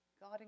God